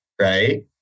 Right